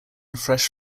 fresh